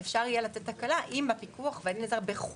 בהתחלה חשבו שאפשר יהיה לתת הקלה אם הפיקוח והדין הזר בחו"ל